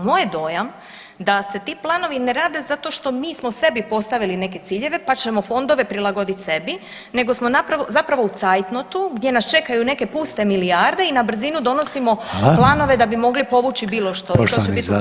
Moj je dojam da se ti planovi ne rade zato što mi smo sebi postavili neke ciljeve pa ćemo fondove prilagoditi sebi, nego smo zapravo u cajtnotu gdje nas čekaju neke puste milijarde i na brzinu donosimo planove da bi mogli povući bilo što i to će biti upravo to.